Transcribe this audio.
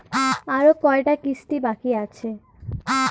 আরো কয়টা কিস্তি বাকি আছে?